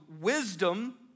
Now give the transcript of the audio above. wisdom